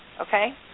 Okay